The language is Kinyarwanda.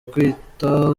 kwita